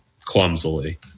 clumsily